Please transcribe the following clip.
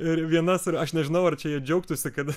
ir vienas aš nežinau ar čia jie džiaugtųsi kad